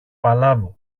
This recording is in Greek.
παλάβω